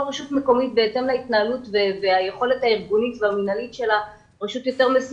וזה בהתאם ליכולת וההתנהלות הארגונית והמינהלית של כל רשות מקומית.